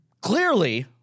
clearly